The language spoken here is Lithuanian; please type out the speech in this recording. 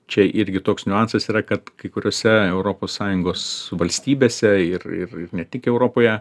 čia irgi toks niuansas yra kad kai kuriose europos sąjungos valstybėse ir ir ne tik europoje